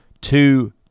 two